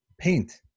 paint